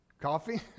Coffee